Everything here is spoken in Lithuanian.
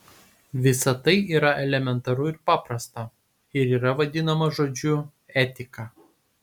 visa tai yra elementaru ir paprasta ir yra vadinama žodžiu etika